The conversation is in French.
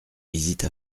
visite